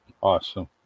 Awesome